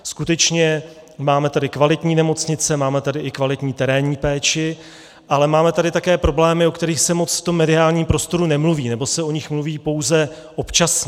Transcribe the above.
Skutečně, máme tady kvalitní nemocnice, máme tady i kvalitní terénní péči, ale máme tady také problémy, o kterých se moc v tom mediálním prostoru nemluví, nebo se o nich mluví pouze občasně.